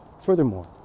Furthermore